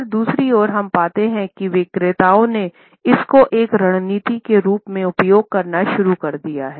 पर दूसरी ओर हम पाते हैं कि विक्रेताओं ने इसको एक रणनीति के रूप में उपयोग करना शुरू कर दिया है